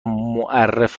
معرف